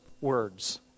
words